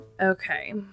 Okay